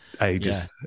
ages